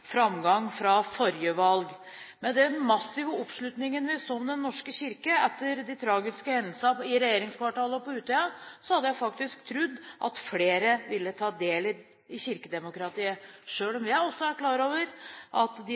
framgang fra forrige valg. Med den massive oppslutningen vi så om Den norske kirke etter de tragiske hendelsene i regjeringskvartalet og på Utøya, hadde jeg faktisk trodd at flere ville ta del i kirkedemokratiet, selv om jeg også er klar over at de